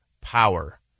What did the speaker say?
power